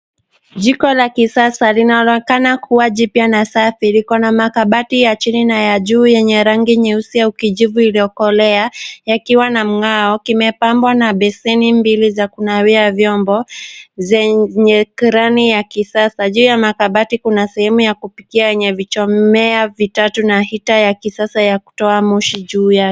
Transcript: Jiko la kisasa linaonekana kuwa jipya na safi liko na makabati ya chini na ya juu yenye rangi nyeusi au kijivu iliyokolea yakiwa na mng'ao .Kimepambwa na beseni mbili za kunawia vyombo zenye krani ya kisasa. Katika makabati kuna sehemu ya vichomeo vitatu na hita ya kisasa ya kutoa moshi juu yake.